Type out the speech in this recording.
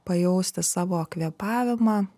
pajausti savo kvėpavimą